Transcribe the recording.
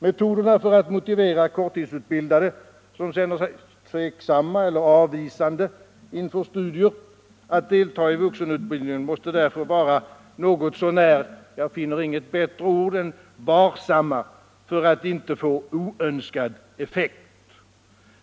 Metoderna för att motivera korttidsutbildade, som känner sig tveksamma eller avvisande inför studier, att deltaga i vuxenutbildningen måste därför vara något så när — jag finner inget bättre ord — varsamma för att inte få oönskad effekt.